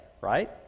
right